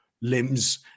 limbs